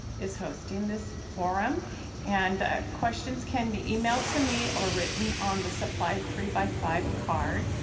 it's hosting this forum and questions can be emailed to me or written on the supplied three by five card.